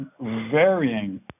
varying